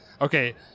Okay